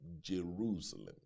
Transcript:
Jerusalem